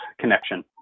connection